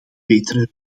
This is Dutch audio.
betere